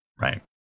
Right